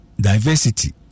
diversity